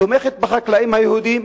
תומכת בחקלאים היהודים,